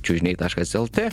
čiužniai taškas lt